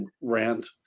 rant